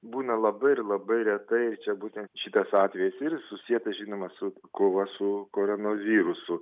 būna labai ir labai retai ir čia būtent šitas atvejis ir susiję tai žinoma su kova su koronavirusu